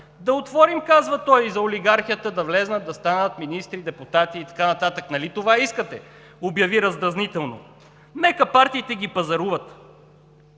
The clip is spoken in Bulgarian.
Да отворим, казва той, за олигархията да влязат, да станат министри, депутати и така нататък, нали това искате – обяви раздразнително, нека партиите ги пазаруват.